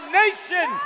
nation